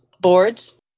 boards